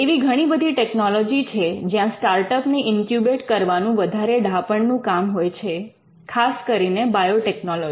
એવી ઘણી બધી ટેકનોલોજી છે જ્યાં સ્ટાર્ટઅપ ને ઇન્ક્યુબેટ્ કરવાનું વધારે ડહાપણનું કામ હોય છે ખાસ કરીને બાયોટેકનોલોજી